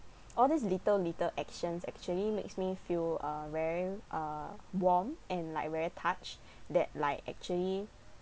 all these little little actions actually makes me feel uh very uh warm and like very touched that like actually